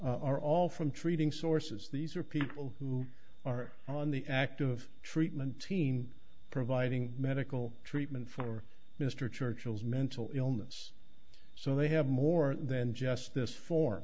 more are all from treating sources these are people who are on the active treatment team providing medical treatment for mr churchill's mental illness so they have more than just this for